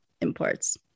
imports